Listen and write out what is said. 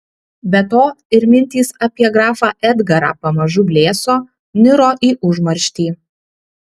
be to ir mintys apie grafą edgarą pamažu blėso niro į užmarštį